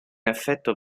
effetto